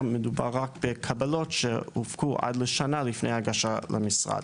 מדובר רק בקבלות שהופקו עד לשנה לפני הגשה למשרד.